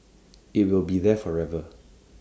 IT will be there forever